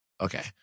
Okay